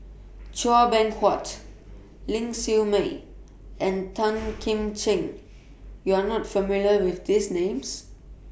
Chua Beng Huat Ling Siew May and Tan Kim Ching YOU Are not familiar with These Names